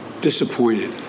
disappointed